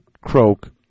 Croak